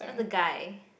where's the guy